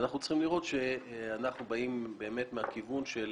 ואנחנו צריכים לראות שאנחנו באים מהכיוון של